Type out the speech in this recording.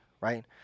Right